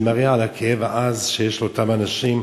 זה מראה את הכאב העז שיש לאותם אנשים,